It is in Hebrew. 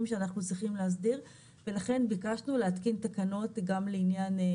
שאנחנו צריכים להסדיר ולכן ביקשנו להתקין תקנות גם לעניין,